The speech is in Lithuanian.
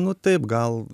nu taip gal